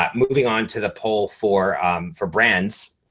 um moving on to the poll for um for brands.